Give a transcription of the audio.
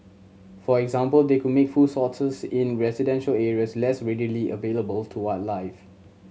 for example they could make food sources in residential areas less readily available to wildlife